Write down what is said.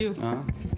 בדיוק.